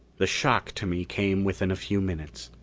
the shock to me came within a few minutes.